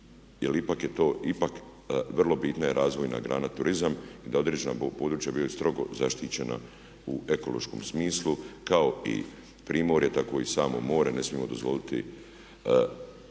ipak je to, vrlo je bitna razvojna grana turizam da određena područja bivaju strog zaštićena u ekološkom smislu kao i primorje tako i samo more. Ne smijemo dozvoliti